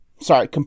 Sorry